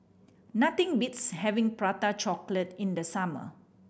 nothing beats having Prata Chocolate in the summer